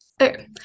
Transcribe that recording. okay